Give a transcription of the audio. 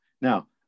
Now